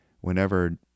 whenever